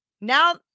Now